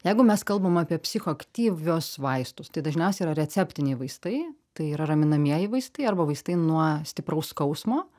jeigu mes kalbam apie psichoaktyvios vaistus tai dažniausiai yra receptiniai vaistai tai yra raminamieji vaistai arba vaistai nuo stipraus skausmo